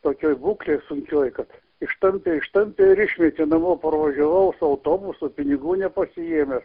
tokioj būklėj sunkioj kad ištampė ištampė ir išmetė namo parvažiavau su autobusu pinigų nepasiėmęs